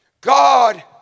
God